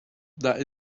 that